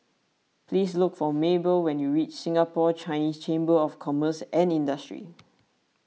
please look for Mabell when you reach Singapore Chinese Chamber of Commerce and Industry